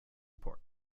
port